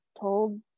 told